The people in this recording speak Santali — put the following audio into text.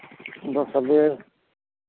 ᱫᱚᱥ ᱦᱟᱡᱟᱨ